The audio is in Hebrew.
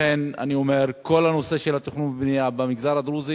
לכן אני אומר: כל הנושא של התכנון ובנייה במגזר הדרוזי